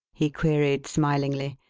he queried smilingly.